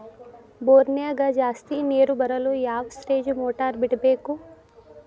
ಬೋರಿನ್ಯಾಗ ಜಾಸ್ತಿ ನೇರು ಬರಲು ಯಾವ ಸ್ಟೇಜ್ ಮೋಟಾರ್ ಬಿಡಬೇಕು?